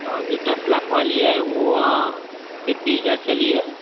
और जो दस लाख वाली है वह सिर्फ बीस हज़ार चली है